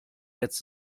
jetzt